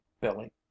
billy